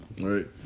right